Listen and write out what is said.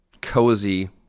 cozy